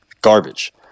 Garbage